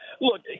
Look